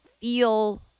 feel